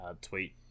tweet